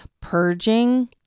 purging